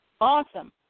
Awesome